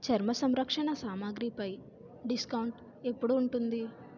చర్మ సంరక్షణ సామాగ్రి పై డిస్కౌంట్ ఎప్పుడు ఉంటుంది